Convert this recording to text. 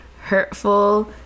hurtful